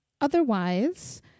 Otherwise